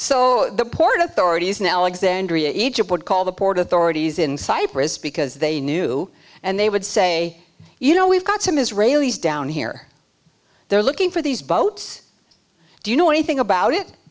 so the port authorities an alexander egypt would call the port authorities in cyprus because they knew and they would say you know we've got some israelis down here they're looking for these boats do you know anything about